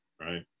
Right